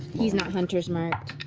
he's not hunter's marked.